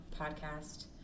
podcast